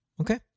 Okay